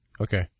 Okay